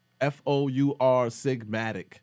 F-O-U-R-Sigmatic